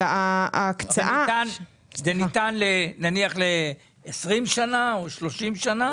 זה ניתן, נניח, ל-20 או 30 שנה.